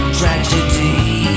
tragedy